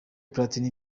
platini